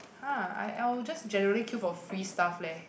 !huh! I I will just generally queue for free stuff leh